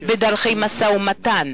בדרכי משא-ומתן,